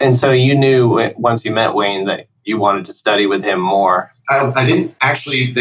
and so you knew and once you meant wayne that you wanted to study with him more? i didn't actually.